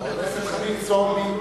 חברת הכנסת חנין זועבי,